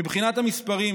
מבחינת המספרים,